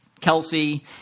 Kelsey